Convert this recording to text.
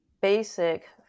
basic